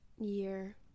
year